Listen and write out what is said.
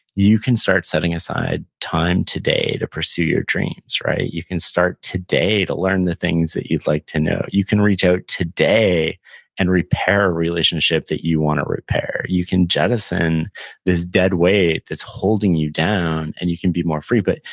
you can start setting aside time today to pursue your dreams. you can start today to learn the things that you'd like to know. you can reach out today and repair a relationship that you wanna repair. you can jettison this dead weight that's holding you down and you can be more free, but,